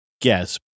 guess